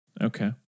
Okay